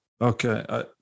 Okay